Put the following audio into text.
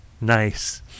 Nice